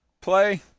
play